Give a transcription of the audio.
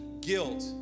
guilt